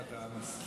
אתה מסכים,